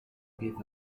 pietà